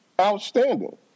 outstanding